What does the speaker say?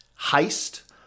heist